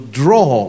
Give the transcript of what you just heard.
draw